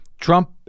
Trump